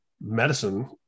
medicine